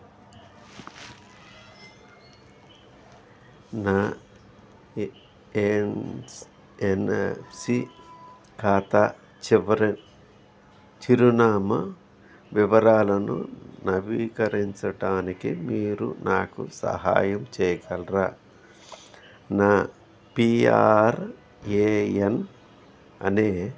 నా ఎన్స్ ఎన్ఎఫ్ఎస్ ఖాతా చివ్వరి చిరునామా వివరాలను నవీకరించటానికి మీరు నాకు సహాయం చేయగలరా నా పీఆర్ఏఎన్ అనేది